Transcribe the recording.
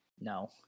No